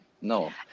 no